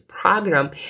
program